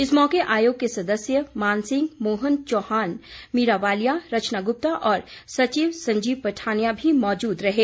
इस मौके आयोग के सदस्य मानसिंह मोहन चौहान मीरा वालिया रंचना गुप्ता और सचिव संजीव पठानिया भी मौजूद रहें